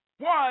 One